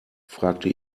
fragte